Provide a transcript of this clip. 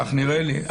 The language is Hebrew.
כך נראה לי.